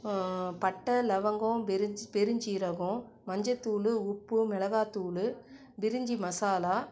பட்டை லவங்கம் பெருஞ் பெருஞ்சீரகம் மஞ்சத்தூள் உப்பு மிளகாத்தூளு பிரிஞ்ஜி மசாலா